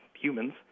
humans